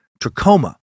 trachoma